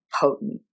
potent